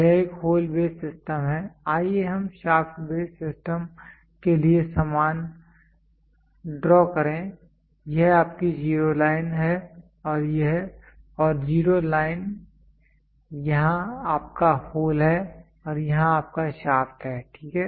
यह एक hole base system है आइए हम शाफ्ट बेस्ड सिस्टम के लिए समान ड्रा करें यह आपकी जीरो लाइन है और जीरो लाइन यहां आपका होल है और यहां आपका शाफ्ट है ठीक है